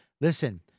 Listen